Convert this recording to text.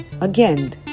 Again